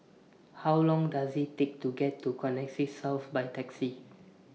How Long Does IT Take to get to Connexis South By Taxi